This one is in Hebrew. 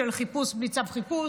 של חיפוש בלי צו חיפוש,